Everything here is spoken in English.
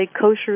kosher